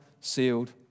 sealed